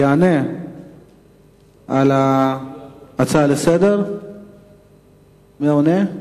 יענה על ההצעה שר הפנים.